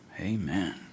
Amen